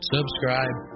Subscribe